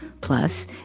Plus